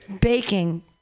Baking